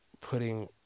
putting